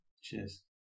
Cheers